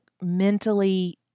mentally